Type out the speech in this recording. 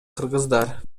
кыргыздар